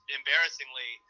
embarrassingly